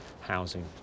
housing